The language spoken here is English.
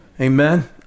Amen